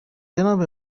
جناب